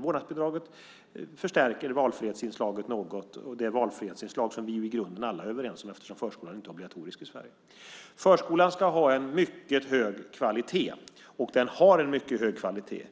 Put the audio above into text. Vårdnadsbidraget förstärker valfrihetsinslaget något - det valfrihetsinslag som vi i grunden alla är överens om eftersom förskolan inte är obligatorisk i Sverige. Förskolan ska ha en mycket hög kvalitet, och den har en mycket hög kvalitet.